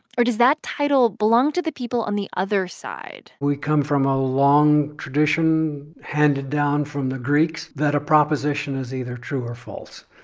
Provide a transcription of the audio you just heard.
or does that title belong to the people on the other side? we come from a long tradition handed down from the greeks that a proposition is either true or false.